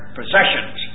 possessions